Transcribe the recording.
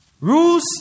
Rules